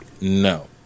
No